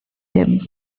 them